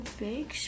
big